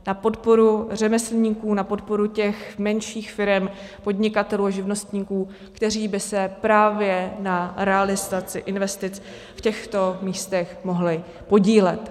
Na podporu řemeslníků, na podporu těch menších firem, podnikatelů a živnostníků, kteří by se právě na realizaci investic v těchto místech mohli podílet.